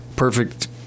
perfect